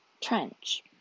Trench